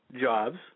jobs